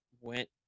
went